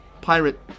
pirate